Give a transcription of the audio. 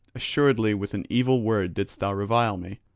assuredly with an evil word didst thou revile me,